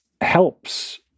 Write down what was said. helps